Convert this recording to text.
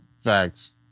facts